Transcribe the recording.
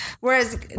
Whereas